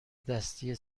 دستی